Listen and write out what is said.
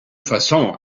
façon